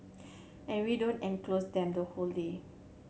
and we don't enclose them the whole day